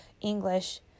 English